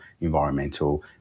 environmental